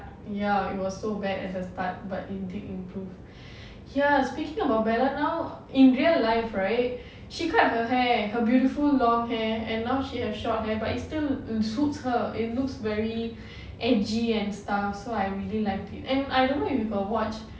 ya it was so bad at the start but it did improve ya speaking about bella now in real life right she cut her hair her beautiful long hair and now she have short hair but it still it suits her it looks very edgy and stuff so I really like it and I don't know if you got watch